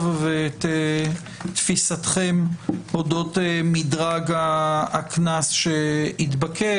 ואת תפיסתכם אודות מדרג הקנס שהתבקש.